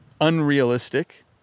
Unrealistic